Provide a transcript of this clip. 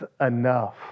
enough